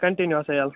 continue آسان ییٚلہٕ